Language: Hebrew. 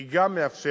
היא גם מאפשרת